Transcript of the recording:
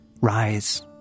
rise